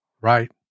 Right